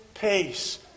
Peace